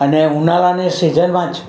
અને ઉનાળાની સિઝનમાં જ